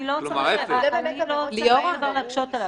אני לא רוצה כמובן להקשות עליו.